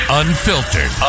unfiltered